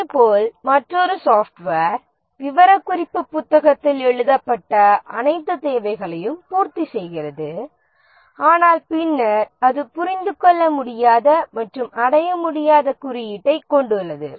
இதேபோல் மற்றொரு சாஃப்ட்வேர் விவரக்குறிப்பு புத்தகத்தில் எழுதப்பட்ட அனைத்து தேவைகளையும் பூர்த்தி செய்கிறது ஆனால் பின்னர் அது புரிந்துகொள்ளமுடியாத மற்றும் அடைய முடியாத குறியீட்டைக் கொண்டுள்ளது